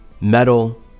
metal